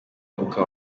ukaba